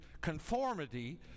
conformity